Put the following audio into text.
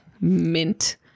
mint